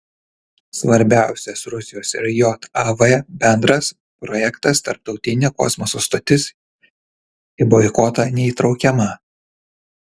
svarbiausias rusijos ir jav bendras projektas tarptautinė kosmoso stotis į boikotą neįtraukiama